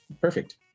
perfect